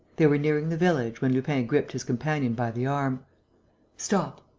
they were nearing the village, when lupin gripped his companion by the arm stop!